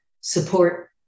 support